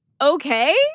Okay